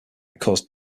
caused